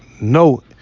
no